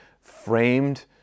framed